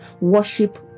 worship